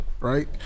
right